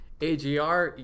AGR